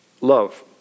love